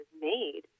made